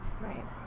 Right